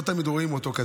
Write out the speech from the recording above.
לא תמיד רואים אותו,